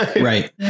right